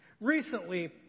Recently